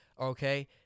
okay